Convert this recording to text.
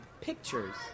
pictures